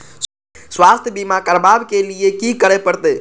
स्वास्थ्य बीमा करबाब के लीये की करै परतै?